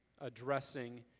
addressing